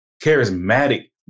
charismatic